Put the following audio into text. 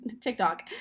TikTok